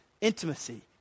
Intimacy